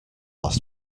last